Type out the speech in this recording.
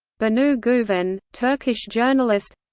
banu guven, turkish journalist